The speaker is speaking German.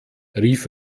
rief